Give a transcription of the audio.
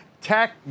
tech